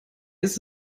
ist